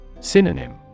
Synonym